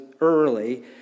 early